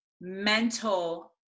mental